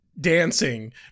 dancing